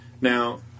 Now